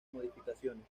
modificaciones